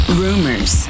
rumors